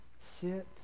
Sit